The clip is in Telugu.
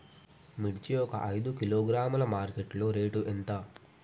మిర్చి ఒక ఐదు కిలోగ్రాముల మార్కెట్ లో రేటు ఎంత?